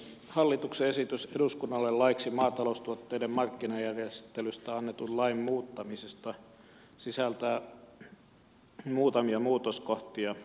hallituksen esitys eduskannalle laiksi maataloustuotteiden markkinajärjestelystä annetun lain muuttamisesta sisältää muutamia muutoskohtia